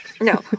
No